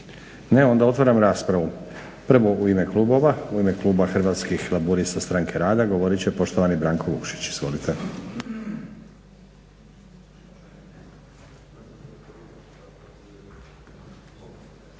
Ne. Onda otvaram raspravu. Prvu u ime klubova. U ime Kluba Hrvatskih laburista-stranke rada govorit će poštovani Branko Vukšić. Izvolite.